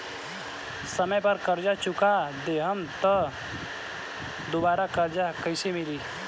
समय पर कर्जा चुका दहम त दुबाराकर्जा कइसे मिली?